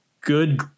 good